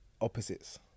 opposites